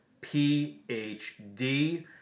PhD